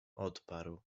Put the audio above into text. odparł